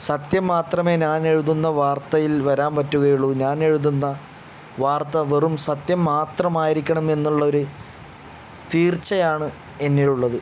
സത്യം മാത്രമേ ഞാൻ എഴുതുന്ന വാർത്തയിൽ വരാൻ പറ്റുകയുള്ളൂ ഞാൻ എഴുതുന്ന വാർത്ത വെറും സത്യം മാത്രമായിരിക്കണമെന്ന് ഉള്ള ഒരു തീർച്ചയാണ് എന്നിൽ ഉള്ളത്